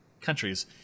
countries